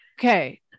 okay